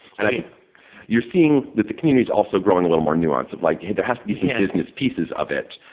i think you're seeing that the community is also growing a little more nuance of like, hey, there has to be some business pieces of it.